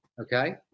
Okay